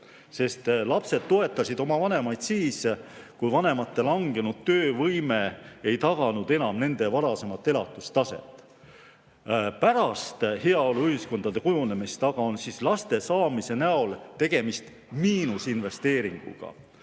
sest lapsed toetasid oma vanemaid siis, kui vanemate langenud töövõime ei taganud enam nende varasemat elatustaset. Pärast heaoluühiskondade kujunemist aga on laste saamise näol tegemist miinusinvesteeringuga.